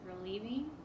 relieving